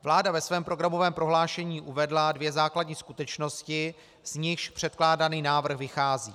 Vláda ve svém programovém prohlášení uvedla dvě základní skutečnosti, z nichž předkládaný návrh vychází.